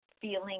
feeling